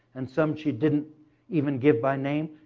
and some she didn't even give by name.